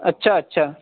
اچھا اچھا